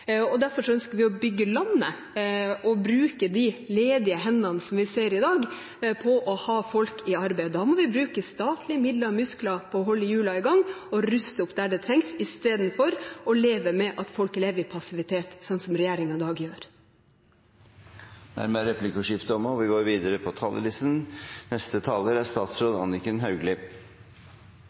ønsker vi å bygge landet og bruke de ledige hendene vi har i dag, på å ha folk i arbeid. Da må vi bruke statlige midler og muskler på å holde hjulene i gang og ruste opp der det trengs, istedenfor å leve med at folk lever i passivitet, sånn som regjeringen i dag gjør. Replikkordskiftet er omme. Regjeringens mål er å få flere i jobb og færre på trygd. En velfungerende arbeids- og velferdsforvaltning er